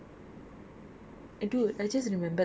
you and I didn't even meet up for like three months